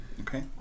okay